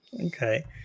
Okay